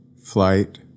flight